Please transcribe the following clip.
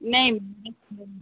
नहीं